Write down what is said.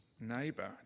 neighbour